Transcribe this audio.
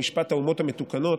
במשפט האומות המתוקנות,